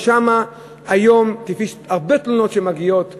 שם היום, לפי הרבה תלונות שמגיעות לשולחני,